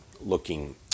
looking